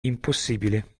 impossibile